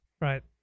right